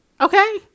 Okay